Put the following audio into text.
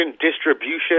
distribution